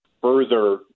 further